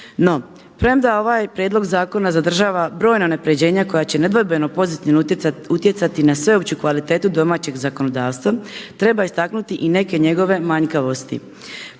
No, premda ovaj prijedlog zakona zadržava brojna unapređenja koja će nedvojbeno pozitivno utjecati na sveopću kvalitetu domaćeg zakonodavstva treba istaknuti i neke njegove manjkavosti.